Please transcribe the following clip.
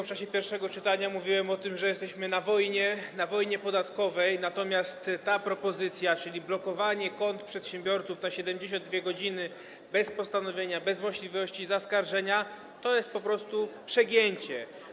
W czasie pierwszego czytania mówiłem o tym, że jesteśmy na wojnie, na wojnie podatkowej, natomiast ta propozycja, czyli blokowanie kont przedsiębiorców, te 72 godziny bez postanowienia, bez możliwości zaskarżenia, to jest po prostu przegięcie.